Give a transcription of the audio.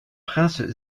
princes